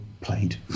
played